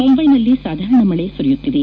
ಮುಂಬೈನಲ್ಲಿ ಸಾಧಾರಣ ಮಳೆ ಸುರಿಯುತ್ತಿದೆ